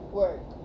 work